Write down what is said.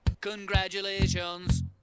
Congratulations